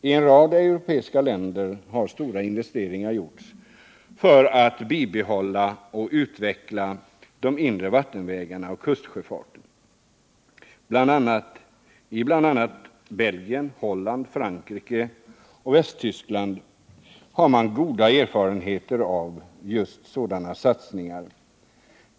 I en rad europeiska länder har stora investeringar gjorts för att bibehålla och utveckla de inre vattenvägarna och kustsjöfarten. I bl.a. Belgien, Holland, Frankrike och Västtyskland har man goda erfarenheter av just sådana satsningar.